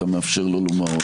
אתה מאפשר לו לומר אותם.